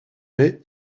mai